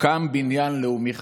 קם בניין לאומי חדש.